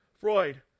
Freud